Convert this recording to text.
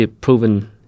proven